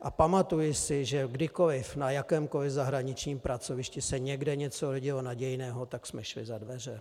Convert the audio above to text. A pamatuji si, že kdykoliv na jakémkoliv zahraničním pracovišti se někde něco jevilo nadějného, tak jsme šli za dveře.